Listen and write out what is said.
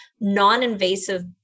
non-invasive